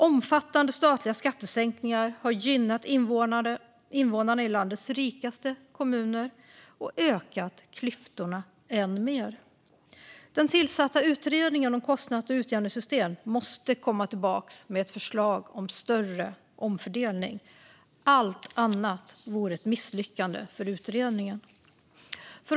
Omfattande statliga skattesänkningar har gynnat invånarna i landets rikaste kommuner och ökat klyftorna än mer. Den tillsatta utredningen om kostnad och utjämningssystemen måste komma tillbaka med ett förslag om en större omfördelning; allt annat vore ett misslyckande för utredningen.